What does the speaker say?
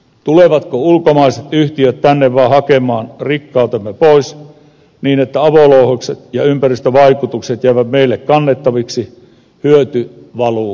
tulevatko ulkomaiset yhtiöt tänne vaan hakemaan rikkauttamme pois niin että avolouhokset ja ympäristövaikutukset jäävät meille kannettaviksi hyöty valuu muualle